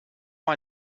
man